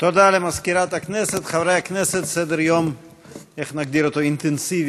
מאת חברי הכנסת יעקב